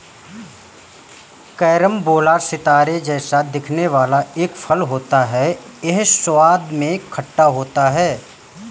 carambola सितारे जैसा दिखने वाला एक फल होता है यह स्वाद में खट्टा होता है